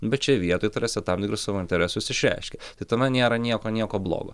bet čia vietoj ta prasme tam tikrus savo interesus išreiškia tai tame nėra nieko nieko blogo